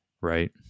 right